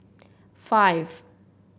five